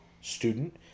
student